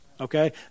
okay